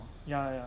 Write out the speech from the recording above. ya ya